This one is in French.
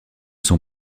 son